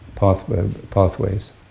pathways